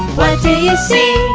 do you see?